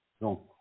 Donc